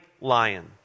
lion